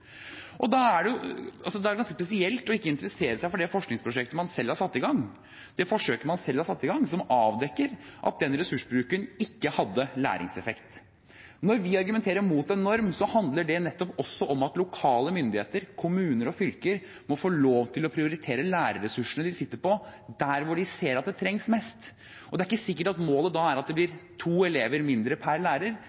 å interessere seg for det forskningsprosjektet man selv har satt i gang, og som avdekker at den ressursbruken ikke hadde læringseffekt. Når vi argumenterer mot en norm, handler det nettopp også om at lokale myndigheter, kommuner og fylker, må få lov til å prioritere lærerressursene de sitter på, der de ser at det trengs mest. Det er ikke sikkert at målet da er at det blir